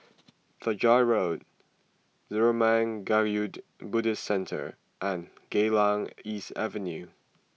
Fajar Road Zurmang Kagyud Buddhist Centre and Geylang East Avenue